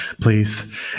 please